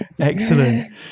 Excellent